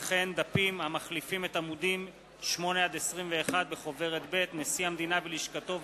וכן דפים המחליפים את עמודים 8 21 בחוברת ב' נשיא המדינה ולשכתו והכנסת,